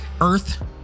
earth